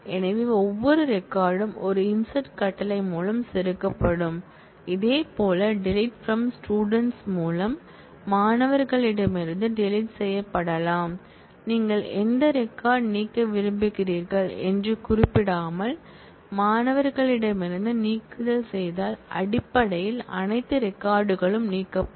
எனவே ஒவ்வொரு ரெக்கார்ட் ம் ஒரு insert கட்டளை மூலம் செருகப்படும் இதேபோல் DELETE FROM students மூலம் மாணவர்களிடமிருந்து டெலீட் செய்யப்படலாம் நீங்கள் எந்த ரெக்கார்ட் நீக்க விரும்புகிறீர்கள் என்று குறிப்பிடாமல் மாணவர்களிடமிருந்து நீக்குதல் செய்தால் அடிப்படையில் அனைத்து ரெக்கார்ட் களும் நீக்கப்படும்